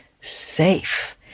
safe